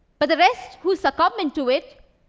but the rest, who succumb into it,